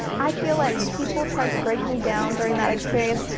i feel like people tried to break me down during that experience,